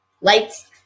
lights